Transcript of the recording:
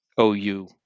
OU